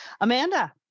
Amanda